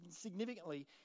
significantly